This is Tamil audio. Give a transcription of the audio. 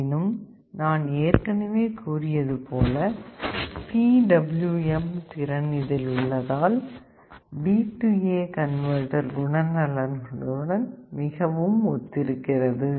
ஆயினும் நான் ஏற்கனவே கூறியது போல PWM திறன் இதில் உள்ளதால் DA கன்வர்ட்டர் குணநலன்களுடன் மிகவும் ஒத்திருக்கிறது